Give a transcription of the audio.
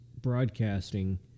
broadcasting